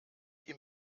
ihm